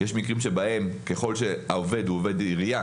יש מקרים שבהם העובד הוא עובד עירייה